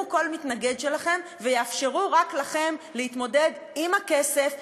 כל מתנגד שלכם ויאפשרו רק לכם להתמודד עם הכסף?